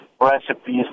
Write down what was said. recipes